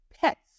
pets